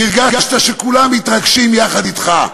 והרגשת שכולם מתרגשים יחד אתך.